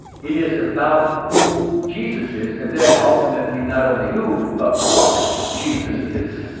it is about who jesus is, and then, ultimately, not only who, but what jesus is.